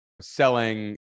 selling